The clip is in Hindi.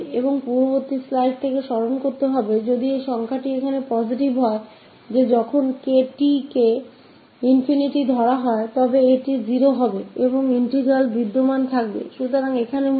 और पिछली स्लाइड से याद करते हुए अगर यह नंबर यहाँ पॉजिटिव है जब t ∞ तरफ बढ़ता है यह 0 की तरफ जा सकता है और इंटीग्रल मौजूद होगा